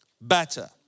better